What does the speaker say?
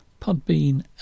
Podbean